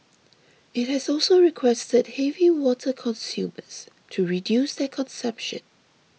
it has also requested heavy water consumers to reduce their consumption